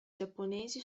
giapponesi